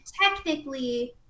technically